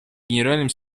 генеральным